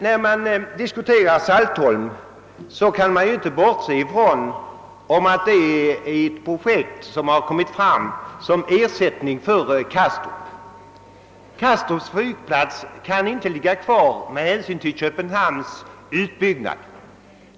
När man diskuterar Saltholm, kan man inte bortse ifrån att detta är ett projekt som kommit fram som ersättning för Kastrup. Kastrups flygplats kan inte ligga kvar med hänsyn till Köpenhamns utbyggnad.